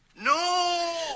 No